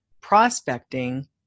prospecting